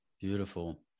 Beautiful